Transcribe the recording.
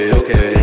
okay